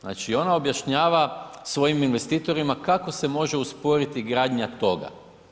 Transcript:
Znači ona objašnjava svojim investitorima kako se može usporiti gradnja toga.